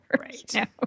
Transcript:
Right